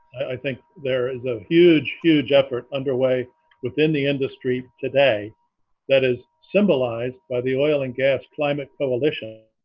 i think there is a huge huge effort underway within the industry today that is symbolized by the oil and gas climate coalition